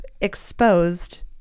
exposed